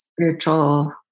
spiritual